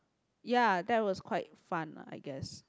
ya that was quite fun lah I guess